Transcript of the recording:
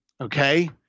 Okay